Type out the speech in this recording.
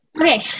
Okay